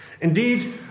Indeed